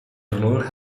verloren